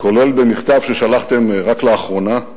כולל במכתב ששלחתם רק לאחרונה,